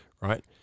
right